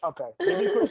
Okay